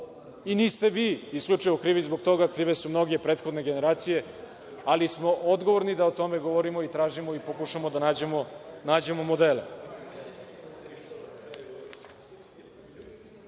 Niste vi isključivo krivi zbog toga, krive su mnoge prethodne generacije, ali smo odgovorni da o tome govorimo, tražimo i pokušamo da nađemo modele. Kada